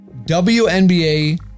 WNBA